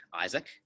Isaac